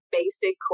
basic